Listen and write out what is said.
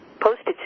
postage